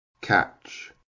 Catch